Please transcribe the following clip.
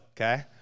okay